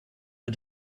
the